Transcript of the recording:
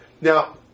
Now